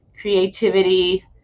creativity